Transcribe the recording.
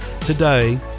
today